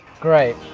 great!